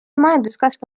majanduskasv